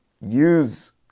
use